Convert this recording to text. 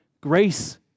Grace